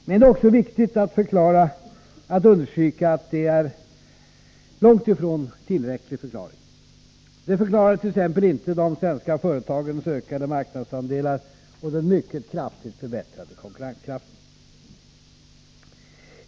Men det är viktigt att understryka att den förklaringen är långt ifrån tillräcklig. Den förklarar t.ex. inte de svenska företagens ökade marknadsandelar eller den mycket starkt förbättrade konkurrenskraften.